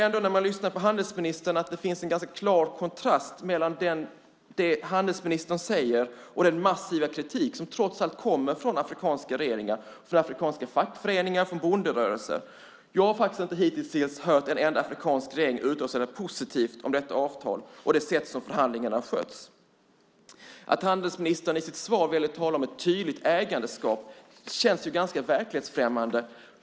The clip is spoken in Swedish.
När man lyssnar på handelsministern tycker jag att det finns en ganska klar kontrast mellan det handelsministern säger och den massiva kritik som trots allt kommer från afrikanska regeringar, från afrikanska fackföreningar och bonderörelser. Jag har hittills inte hört en enda afrikansk regering uttala sig positivt om detta avtal och det sätt på vilket förhandlingarna skötts. Att handelsministern väljer att i sitt svar tala om ett tydligt ägandeskap känns ganska verklighetsfrämmande.